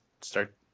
start